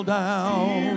down